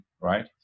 right